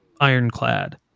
ironclad